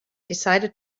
decided